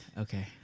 okay